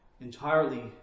entirely